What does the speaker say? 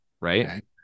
Right